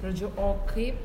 žodžiu o kaip